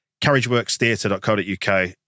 carriageworkstheatre.co.uk